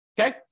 Okay